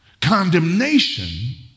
Condemnation